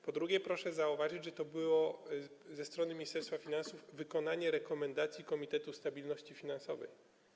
Po drugie, proszę zauważyć, że to było ze strony Ministerstwa Finansów wykonanie rekomendacji Komitetu Stabilności Finansowej.